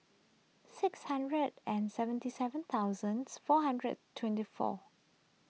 six hundred and seventy seven thousands four hundred twenty four